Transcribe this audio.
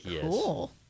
cool